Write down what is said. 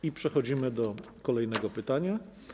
I przechodzimy do kolejnego pytania.